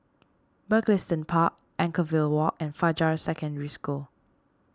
Mugliston Park Anchorvale Walk and Fajar Secondary School